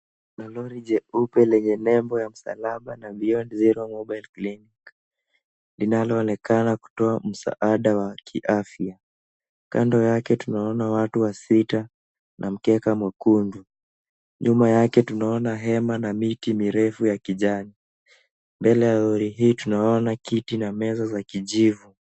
Lori jeupe lenye nembo lenye nembo ya msalaba na beyond zero mobile clinic linaloonekana kutoa msaada wa kiafya ,kando yake tunaona watu wa sita na mkeka mwekundu ,nyuma yake tunaona hema na miti mirefu ya kijani mbele ya lori hii tunaona kiti na meza za kijivu.